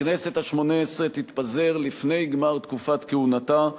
הכנסת השמונה-עשרה תתפזר לפני גמר תקופת כהונתה,